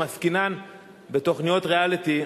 אם עסקינן בתוכניות ריאליטי,